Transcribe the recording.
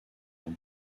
ans